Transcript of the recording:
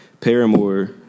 Paramore